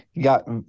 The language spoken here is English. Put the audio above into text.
got